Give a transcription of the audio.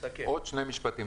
עוד שני משפטים.